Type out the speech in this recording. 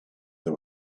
they